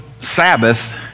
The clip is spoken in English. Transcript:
Sabbath